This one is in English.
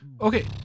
okay